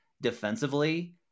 defensively